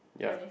yeah